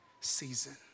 season